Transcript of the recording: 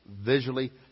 visually